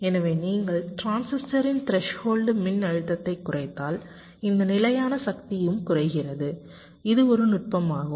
எனவே நீங்கள் டிரான்சிஸ்டரின் த்ரெஸ்ஹோல்டு மின்னழுத்தத்தைக் குறைத்தால் இந்த நிலையான சக்தியும் குறைகிறது இது ஒரு நுட்பமாகும்